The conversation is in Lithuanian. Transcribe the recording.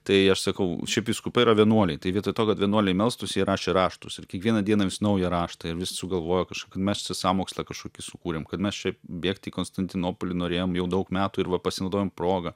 tai aš sakau šiaip vyskupai yra vienuoliai tai vietoj to kad vienuoliai melstųsi jie rašė raštus ir kiekvieną dieną vis naują raštą ir vis sugalvoja kažką kad mes čia sąmokslą kažkokį sukūrėm kad mes čia bėgti į konstantinopolį norėjom jau daug metų ir va pasinaudojom proga